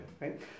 right